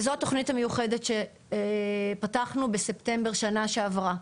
וזו התוכנית המיוחדת שפתחנו בספטמבר בשנה שעברה,